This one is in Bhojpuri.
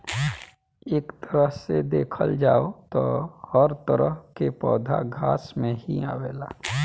एक तरह से देखल जाव त हर तरह के पौधा घास में ही आवेला